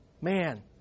man